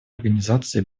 организации